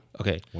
Okay